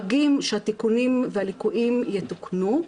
הם דואגים שהתיקונים והליקויים יתוקנו,